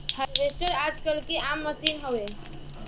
harvester आजकल के आम मसीन हवे